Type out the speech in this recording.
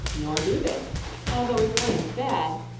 nor do they although if one is bad,